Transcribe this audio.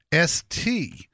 ST